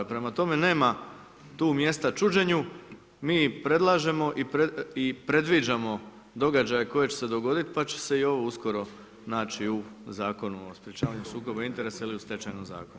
Prema tome, nema tu mjestu čuđenju, mi predlažemo i predviđamo događaje koji će se dogoditi pa će se i ovo uskoro naći u Zakonu o sprečavanju sukoba interesa ili u Stečajnom zakonu.